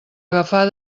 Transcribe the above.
agafar